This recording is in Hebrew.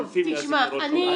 שולפים מהזיכרון שלהם.